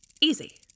Easy